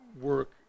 work